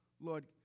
Lord